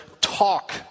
Talk